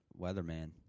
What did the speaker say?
weatherman